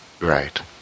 Right